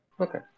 Okay